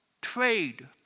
trade